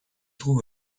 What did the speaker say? trouve